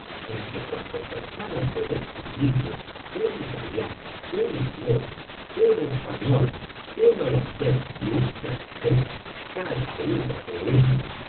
en que cuando trataron de describirla un italiano un inglés un español un holandés y un francés cada uno de ellos